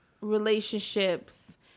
relationships